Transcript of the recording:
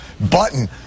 button